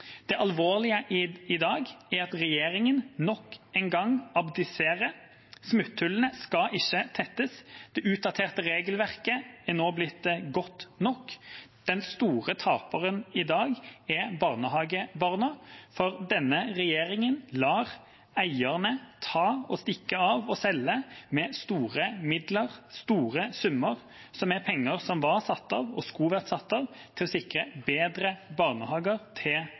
Det alvorlige i dag er at regjeringa nok en gang abdiserer. Smutthullene skal ikke tettes. Det utdaterte regelverket er nå blitt godt nok. Den store taperen i dag er barnehagebarna, for denne regjeringa lar eierne stikke av – selge – med store summer, penger som var satt av og skulle vært satt av til å sikre bedre barnehager til